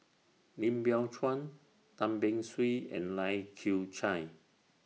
Lim Biow Chuan Tan Beng Swee and Lai Kew Chai